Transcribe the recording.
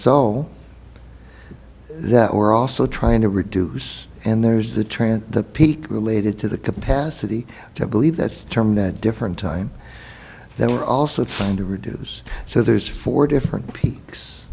sole that we're also trying to reduce and there's the trans the peak related to the capacity to believe that's the term that different time that we're also trying to reduce so there's four different peaks